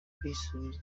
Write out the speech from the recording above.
kwisubiza